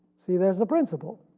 see there's a principle,